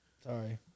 Sorry